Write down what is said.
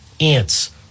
ants